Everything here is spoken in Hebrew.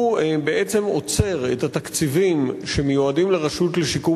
הוא בעצם עוצר את התקציבים שמיועדים לרשות לשיקום